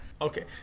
Okay